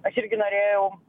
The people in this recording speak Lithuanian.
aš irgi norėjau